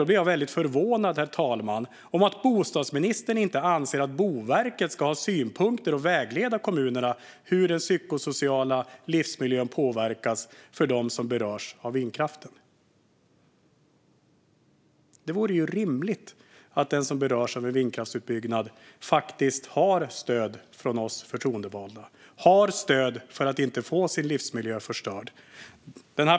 Jag blir därför förvånad att bostadsministern anser att Boverket inte ska ha synpunkter eller vägleda kommunerna när det gäller hur den psykosociala livsmiljön påverkas för dem som berörs av vindkraften. Det vore rimligt att den som berörs av vindkraftsutbyggnad har stöd av oss förtroendevalda, har stöd för att inte få sin livsmiljö förstörd.